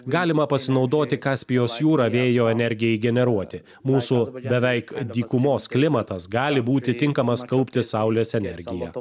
galima pasinaudoti kaspijos jūra vėjo energijai generuoti mūsų beveik dykumos klimatas gali būti tinkamas kaupti saulės energiją